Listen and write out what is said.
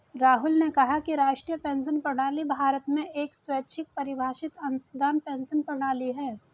राहुल ने कहा कि राष्ट्रीय पेंशन प्रणाली भारत में एक स्वैच्छिक परिभाषित अंशदान पेंशन प्रणाली है